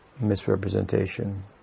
misrepresentation